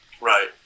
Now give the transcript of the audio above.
Right